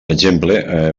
exemple